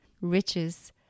riches